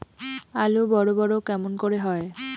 আলু বড় বড় কেমন করে হয়?